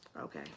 Okay